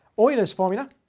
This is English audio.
euler's formula,